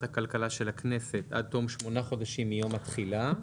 הכלכלה של הכנסת עד תום שמונה חודשים מיום התחילה.